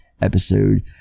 episode